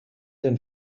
denn